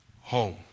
home